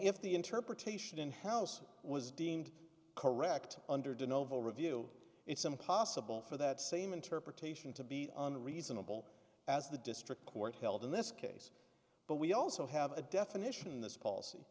if the interpretation in house was deemed correct under the novo review it's impossible for that same interpretation to be unreasonable as the district court held in this case but we also have a definition this policy